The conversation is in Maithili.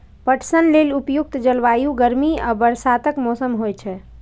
पटसन लेल उपयुक्त जलवायु गर्मी आ बरसातक मौसम होइ छै